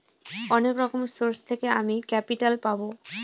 অনেক রকম সোর্স থেকে আমি ক্যাপিটাল পাবো